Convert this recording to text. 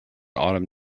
autumn